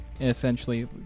essentially